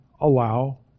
allow